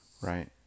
right